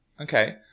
Okay